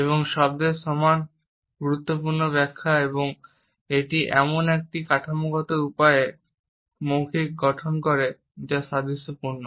এবং শব্দের সমান গুরুত্বপূর্ণ ব্যাখ্যা এবং এটি এমন একটি কাঠামোগত উপায়ে মৌখিক গঠন করে যা সাদৃশ্যপূর্ণ